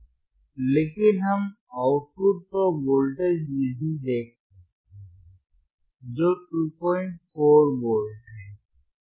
लेकिन हम आउटपुट पर वोल्टेज नहीं देख सकते हैं जो 24 वोल्ट है